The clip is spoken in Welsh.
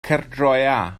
caerdroea